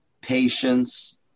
patience